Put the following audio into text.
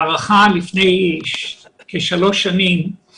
תודה על ההקשבה ועל הזמן שניתן